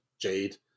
Jade